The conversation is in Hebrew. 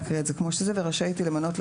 שתפקידה לייעץ לשר